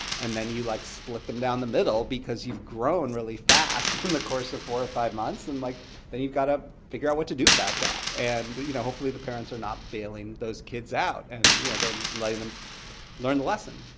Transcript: and then you like split them down the middle because you've grown really fast in the course of four or five months, and like then you've got to figure out what to do about that. and you know hopefully the parents are not bailing those kids out. and yeah they're letting them learn the lesson.